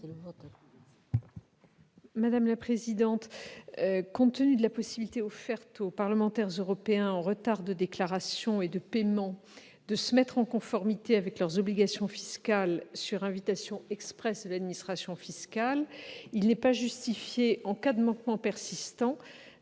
Mme la garde des sceaux. Compte tenu de la possibilité offerte aux parlementaires européens en retard de déclaration et de paiement de se mettre en conformité avec leurs obligations fiscales sur invitation expresse de l'administration fiscale, il n'est pas justifié, en cas de manquement persistant,